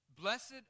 Blessed